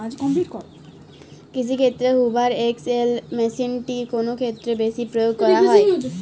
কৃষিক্ষেত্রে Hoover XL মেশিনটি কোন ক্ষেত্রে বেশি প্রয়োগ করা হয়?